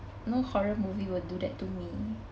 no horror movie will do that to me